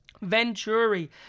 Venturi